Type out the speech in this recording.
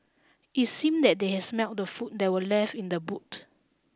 it seemed that they had smelt the food that were left in the boot